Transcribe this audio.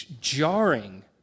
jarring